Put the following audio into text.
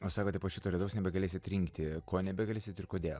o savaitė po šito lietaus nebegalėsit rinkti ko nebegalėsit ir kodėl